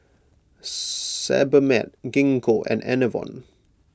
Sebamed Gingko and Enervon